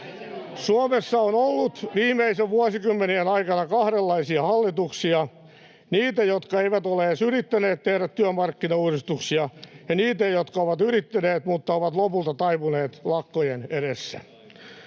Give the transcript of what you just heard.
Suomessa on ollut viimeisten vuosikymmenien aikana kahdenlaisia hallituksia: niitä, jotka eivät ole edes yrittäneet tehdä työmarkkinauudistuksia, ja niitä, jotka ovat yrittäneet mutta lopulta taipuneet lakkojen edessä.